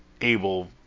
able